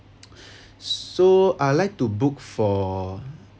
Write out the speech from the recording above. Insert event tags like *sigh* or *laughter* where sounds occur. *breath* so I like to book for